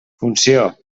funció